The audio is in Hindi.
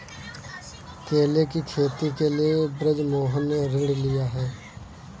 केले की खेती के लिए बृजमोहन ने ऋण लिया है